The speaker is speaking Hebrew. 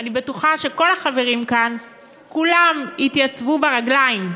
אני בטוחה שכל החברים כאן כולם יתייצבו ברגליים לדיון.